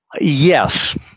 Yes